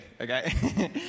okay